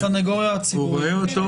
הוא רואה אותו.